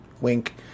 Wink